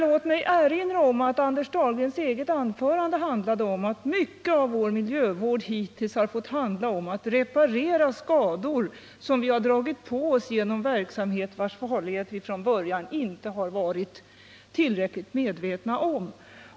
Låt mig erinra om att Anders Dahlgrens eget anförande handlade om att mycket i vår miljövård hittills har fått ägnas åt att reparera skador som vi har dragit på oss genom verksamhet vars farlighet vi från början inte har varit tillräckligt medvetna om.